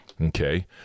okay